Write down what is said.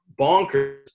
bonkers